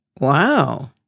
Wow